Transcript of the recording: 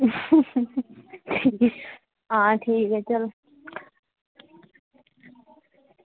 हां ठीक ऐ चलो